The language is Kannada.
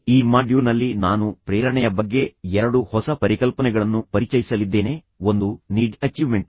ಈ ಮಾಡ್ಯೂಲ್ನಲ್ಲಿ ನಾನು ಪ್ರೇರಣೆಯ ಬಗ್ಗೆ ಎರಡು ಹೊಸ ಪರಿಕಲ್ಪನೆಗಳನ್ನು ಪರಿಚಯಿಸಲಿದ್ದೇನೆ ಒಂದು ನೀಡ್ ಅಚೀವ್ಮೆಂಟ್